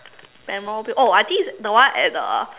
memorable oh I think is that one at the